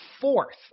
fourth